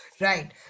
right